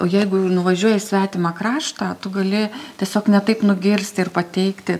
o jeigu nuvažiuoji į svetimą kraštą tu gali tiesiog ne taip nugirsti ir pateikti